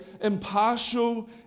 impartial